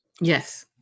Yes